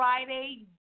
Friday